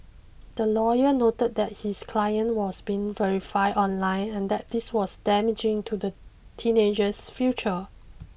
the lawyer noted that his client was being verified online and that this was damaging to the teenager's future